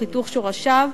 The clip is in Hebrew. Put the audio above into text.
חיתוך שורשיו,